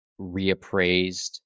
reappraised